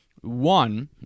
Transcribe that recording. One